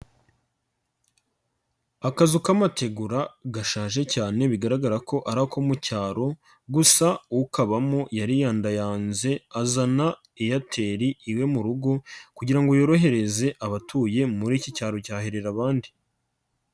Akazu k'amategura gashaje cyane bigaragara ko ari ko mu cyaro, gusa ukabamo yari yandayanze azana Airtel iwe mu rugo kugira ngo yorohereze abatuye muri iki cyaro cya herera abandi.